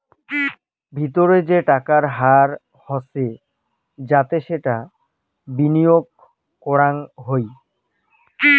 ভিতরে যে টাকার হার হসে যাতে সেটা বিনিয়গ করাঙ হউ